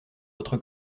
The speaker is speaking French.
votre